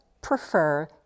prefer